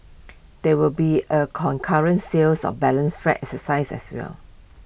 there will be A concurrent sales of balance flats exercise as well